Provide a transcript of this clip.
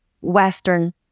Western